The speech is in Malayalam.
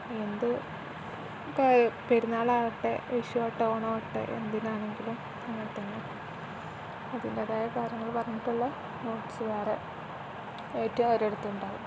എന്ത് പെരുന്നാൾ ആകട്ടെ വിഷു ആകട്ടെ ഓണമാവട്ടെ എന്തിനാണെങ്കിലും അങ്ങനെ തന്നെ അതിൻ്റെതായ കാര്യങ്ങൾ പറഞ്ഞിട്ടുള്ള നോട്ട്സ് വേറെ ഏറ്റവും അവരെ അടുത്തുണ്ടാവും